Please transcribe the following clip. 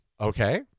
okay